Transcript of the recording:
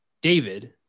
David